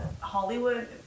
Hollywood